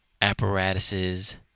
apparatuses